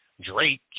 Drake